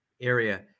area